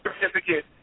certificate